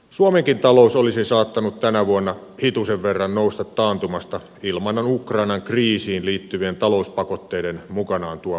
suomenkin talous olisi saattanut tänä vuonna hitusen verran nousta taantumasta ilman ukrainan kriisiin liittyvien talouspakotteiden mukanaan tuomaa haittaa